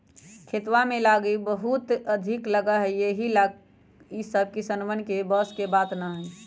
खेतवा में लागत बहुत अधिक लगा हई यही ला ई सब किसनवन के बस के बात ना हई